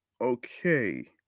okay